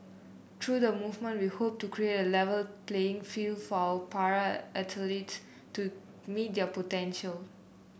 through the movement we hope to create A Level playing field for our para athlete to meet their potential